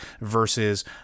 Versus